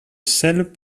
selles